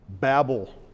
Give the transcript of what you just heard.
babble